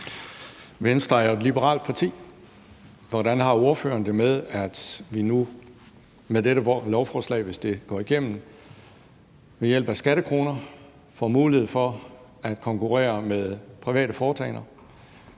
Venstre er jo et liberalt parti. Hvordan har ordføreren det med, at man nu med dette lovforslag, hvis det går igennem, ved hjælp af skattekroner får mulighed for at konkurrere med private foretagender?